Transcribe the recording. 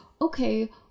okay